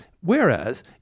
whereas